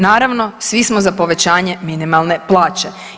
Naravno, svi smo za povećanje minimalne plaće.